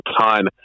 time